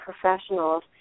professionals